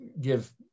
give